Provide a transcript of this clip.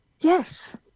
Yes